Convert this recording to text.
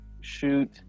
shoot